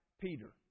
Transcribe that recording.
Peter